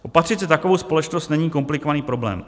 Opatřit si takovou společnost není komplikovaný problém.